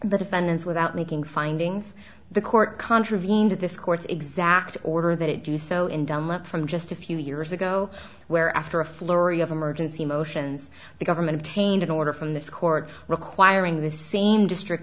the defendants without making findings the court contravened at this course exact order that it do so in dunlap from just a few years ago where after a flurry of emergency motions the government paint an order from this court requiring the same district